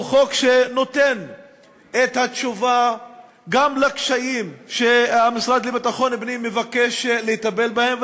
הוא חוק שנותן את התשובה גם לקשיים שהמשרד לביטחון פנים מבקש לטפל בהם,